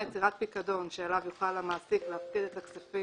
יצירת פיקדון שאליו יוכל המעסיק להפקיד את הכספים